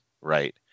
right